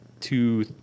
two